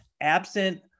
absent